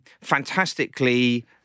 fantastically